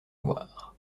voir